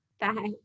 bye